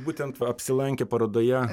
būtent va apsilankę parodoje